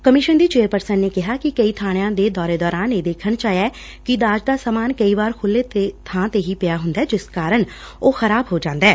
commission ਦੀ chairperson ਨੇ ਕਿਹਾ ਕਿ ਕਈ ਬਾਣਿਆਂ ਦੇ ਦੌਰੇ ਦੌਰਾਨ ਇਹ ਦੇਖਣ ਵਿਚ ਆਇਆ ਐ ਕਿ ਦਾਜ ਦਾ ਸਮਾਨ ਕਈ ਵਾਰ ਖੁੱਲੇ ਬਾਂ ਤੇ ਹੀ ਪਿਆ ਹੁੰਦਾ ਜਿਸ ਕਾਰਨ ਉਹ ਖ਼ਰਾਬ ਹੋ ਜਾਂਦਾ ਹੈ